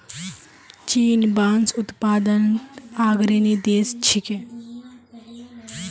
चीन बांस उत्पादनत अग्रणी देश छिके